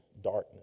darkness